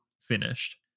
finished